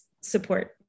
support